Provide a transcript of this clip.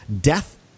death